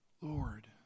Lord